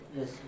Yes